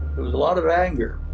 there was a lot of anger.